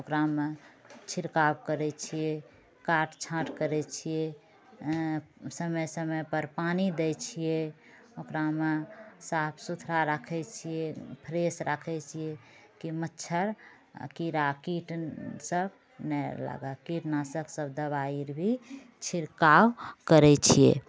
ओकरामे छिड़काव करै छियै काँट छाँट करै छियै समय समयपर पानि दै छियै ओकरामे साफ सुथरा राखै छियै फ्रेश राखै छियै की मच्छर कीड़ा कीटसब नहि लगैए कीटनाशक सब दवाइ अर भी छिड़काव करै छियै